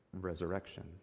resurrection